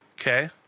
Okay